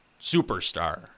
superstar